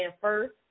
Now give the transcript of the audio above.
first